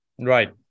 Right